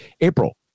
April